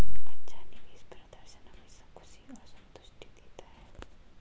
अच्छा निवेश प्रदर्शन हमेशा खुशी और संतुष्टि देता है